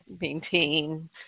maintain